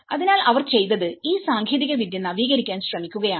അതിനാൽ അവർ ചെയ്തത് ഈ സാങ്കേതികവിദ്യ നവീകരിക്കാൻ ശ്രമിക്കുകയാണ്